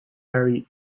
very